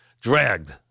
Dragged